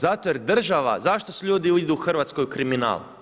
Zato jer država, zašto ljudi idu u Hrvatskoj u kriminal?